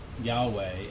Yahweh